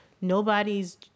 nobody's